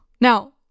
now